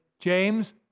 James